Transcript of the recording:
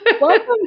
Welcome